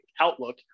outlook